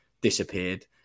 disappeared